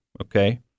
okay